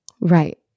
Right